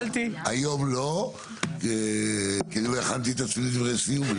היום לא, כי אני לא הכנתי את עצמי לדברי סיום.